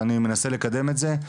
ואני מנסה לקדם את זה,